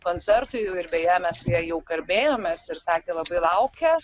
koncertui jau ir beje mes su ja jau kalbėjomės ir sakė labai laukia